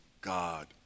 God